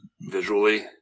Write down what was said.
visually